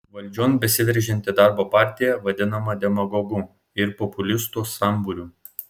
valdžion besiveržianti darbo partija vadinama demagogų ir populistų sambūriu